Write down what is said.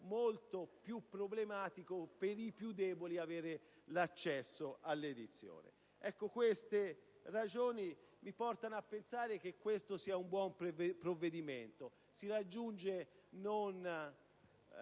molto più problematico per i più deboli avere accesso alla edizione. Queste ragioni mi portano a pensare che quello in esame sia un buon provvedimento. Non si raggiunge un